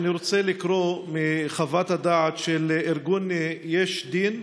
אני רוצה לקרוא מחוות הדעת של ארגון יש דין,